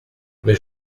mais